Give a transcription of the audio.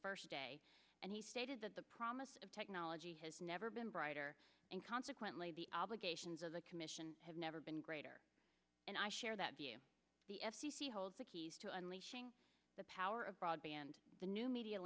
first day and he stated that the promise of technology has never been brighter and consequently the obligations of the commission have never been greater and i share that view the f c c holds the keys to unleashing the power of broadband the new media